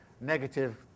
negative